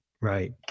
right